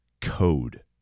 code